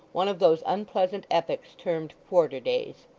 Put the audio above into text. one of those unpleasant epochs termed quarter-days.